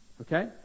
okay